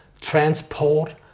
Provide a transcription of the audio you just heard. transport